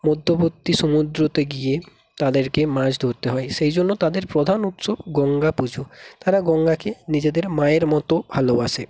মধ্যবর্তী সমুদ্রতে গিয়ে তাদেরকে মাছ ধরতে হয় সেই জন্য তাদের প্রধান উৎসব গঙ্গা পুজো তারা গঙ্গাকে নিজেদের মায়ের মতো ভালোবাসে